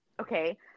Okay